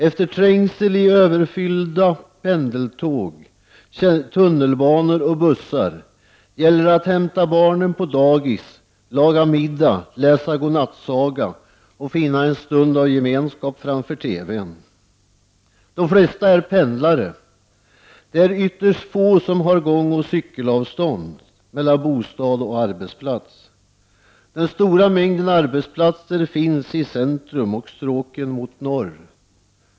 Efter trängsel i överfyllda pendeltåg, tunnelbanor och bussar gäller det att hämta barnen på dagis, laga middag, läsa godnattsaga och finna en stund av gemenskap framför TVn. De flesta är pendlare. Det är ytterst få som har gångeller cykelavstånd mellan bostad och arbetsplats. Den stora mängden arbesplatser finns i centrum och på stråken mot norr.